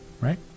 right